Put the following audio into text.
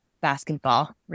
basketball